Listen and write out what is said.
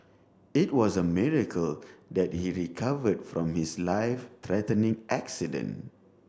it was a miracle that he recovered from his life threatening accident